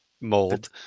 mold